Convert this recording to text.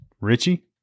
Richie